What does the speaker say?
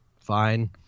Fine